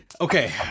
Okay